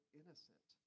innocent